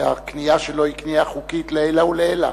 והקנייה שלו היא קנייה חוקית לעילא ולעילא.